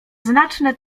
znaczne